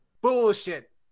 bullshit